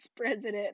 president